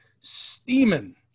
steaming